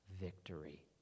victory